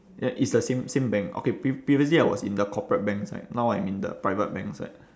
ya it's the same same bank okay pre~ previously I was in the corporate bank side now I'm in the private bank side